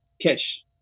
catch